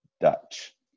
Dutch